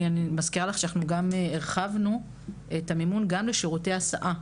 מזכירה לך שאנחנו גם הרחבנו את המימון גם לשירותי הסעה,